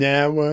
Now